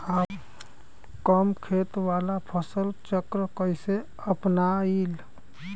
कम खेत वाला फसल चक्र कइसे अपनाइल?